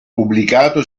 pubblicato